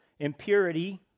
Impurity